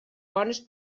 bones